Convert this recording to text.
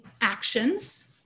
actions